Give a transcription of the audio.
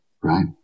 Right